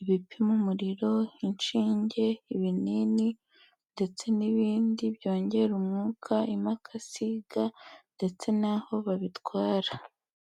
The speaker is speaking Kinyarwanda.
ibipima umuriro, inshinge, ibinini ndetse n'ibindi byongera umwuka, imakasi, ga ndetse n'aho babitwara.